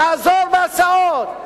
תעזור בהסעות,